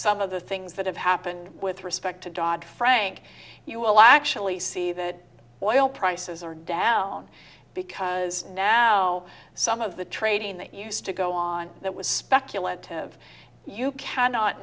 some of the things that have happened with respect to dodd frank you will actually see that oil prices are down because now some of the trading that used to go on that was speculative you cannot